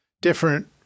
Different